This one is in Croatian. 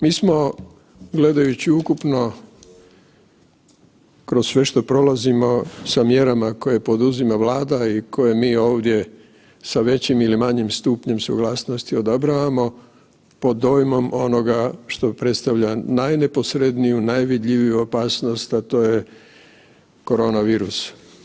Mi smo gledajući ukupno kroz sve što prolazimo sa mjerama koje poduzima Vlada i koje mi ovdje sa većim ili manjim stupnjem suglasnosti odobravamo, pod dojmom onoga što predstavlja najneposredniju, najvidljiviju opasnost, a to je koronavirus.